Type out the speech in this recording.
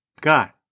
God